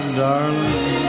darling